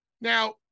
Now